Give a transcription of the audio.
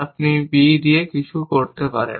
আপনি b দিয়ে কিছু করতে পারেন